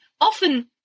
often